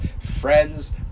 friends